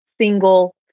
single